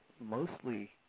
mostly